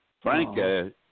Frank